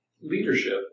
Leadership